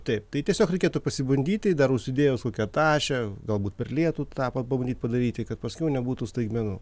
taip tai tiesiog reikėtų pasibandyti dar užsidėjus kokią tašę galbūt per lietų tą pabandyt padaryti kad paskiau nebūtų staigmenų